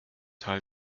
teil